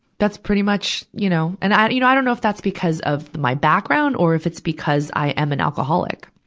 that's pretty much, you know and i, you know, i don't know if that's because of my background or if it's because i am an alcoholic.